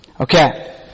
Okay